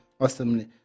awesomely